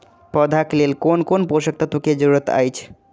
पौधा के लेल कोन कोन पोषक तत्व के जरूरत अइछ?